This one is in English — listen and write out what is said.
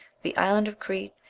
the island of crete,